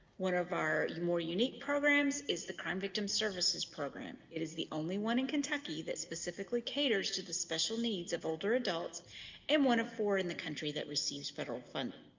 one of our more unique programs is the crime victim services program it is the only one in kentucky that specifically caters to the special needs of older adults and one of four in the country that receives federal funding